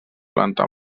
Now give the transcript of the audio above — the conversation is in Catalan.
planta